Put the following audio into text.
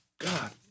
God